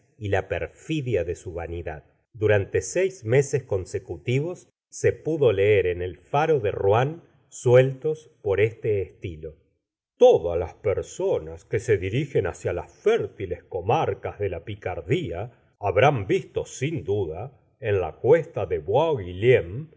y la perfidia de su vanidad durante seis meses consecutivos se pudo leer en el far o de rouen sueltos por este estilo c todas las personas que se dirigen hacia las fértiles comarcas de la picardía habrán visto sin duda en la cuesta de bois guillaume